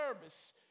service